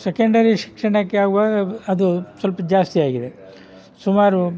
secondary ಶಿಕ್ಷಣಕ್ಕೆ ಆಗುವಾಗ ಅದು ಸ್ವಲ್ಪ ಜಾಸ್ತಿಯಾಗಿದೆ ಸುಮಾರು